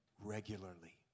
regularly